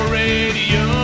radio